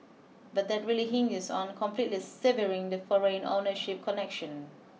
but that really hinges on completely severing the foreign ownership connection